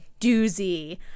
doozy